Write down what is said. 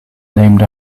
named